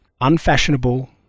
unfashionable